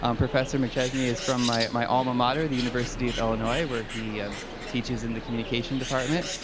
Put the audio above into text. um professor mcchesney is from my my alma mater, the university of illinois, where he teaches in the communication department.